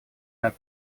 над